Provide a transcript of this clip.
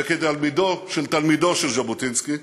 וכתלמידו של תלמידו של ז'בוטינסקי,